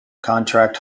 contract